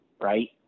right